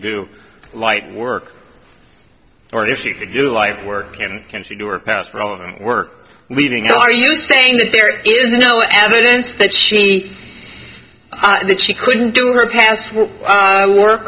do light work or if she could do life work and can she do or past relevant work leaving or are you saying that there is no evidence that she did she couldn't do